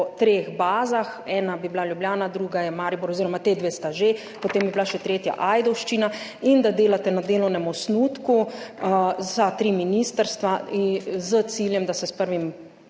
treh bazah, ena bi bila Ljubljana, druga je Maribor oziroma ti dve sta že, potem bi bila še tretja Ajdovščina in da delate na delovnem osnutku za tri ministrstva s ciljem, da bi